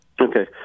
Okay